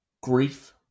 Grief